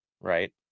right